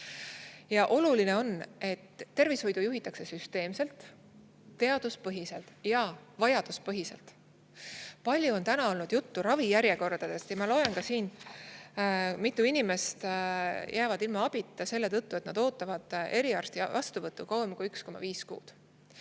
Oluline on, et tervishoidu juhitakse süsteemselt, teaduspõhiselt ja vajaduspõhiselt. Palju on täna olnud juttu ravijärjekordadest. Ma loen siit, kui mitu inimest jäävad ilma abita selle tõttu, et nad ootavad eriarsti vastuvõttu kauem kui 1,5 kuud.